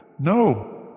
No